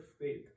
faith